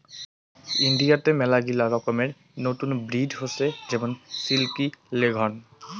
ইন্ডিয়াতে মেলাগিলা রকমের নতুন ব্রিড হসে যেমন সিল্কি, লেগহর্ন